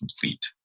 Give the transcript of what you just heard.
complete